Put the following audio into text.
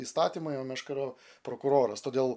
įstatymai o meška yra prokuroras todėl